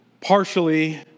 partially